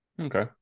Okay